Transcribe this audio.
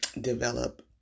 develop